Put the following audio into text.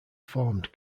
formed